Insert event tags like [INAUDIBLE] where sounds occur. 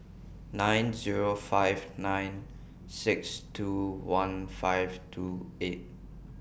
nine Zero five nine six two one five two eight [NOISE]